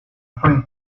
foreign